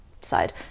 side